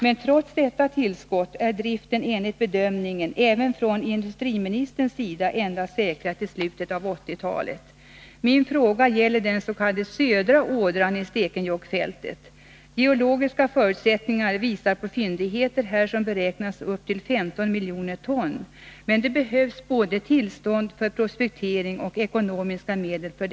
Men trots detta tillskott är driften enligt även industriministerns bedömning säkrad endast till slutet av 1980-talet. Min fråga gäller den s.k. södra ådran i Stekenjokkfältet. Geologiska förundersökningar visar på fyndigheter här som beräknas till uppemot 15 miljoner ton. Men det behövs både tillstånd för prospektering och ekonomiska medel härför.